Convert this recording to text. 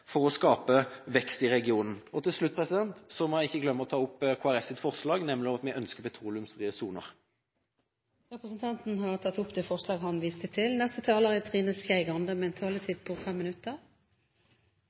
skape vekst i regionene. Til slutt vil jeg ta opp Kristelig Folkepartis forslag om at vi ønsker petroleumsfrie soner. Representanten Kjell Ingolf Ropstad har tatt opp det forslaget han refererte til.